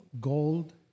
gold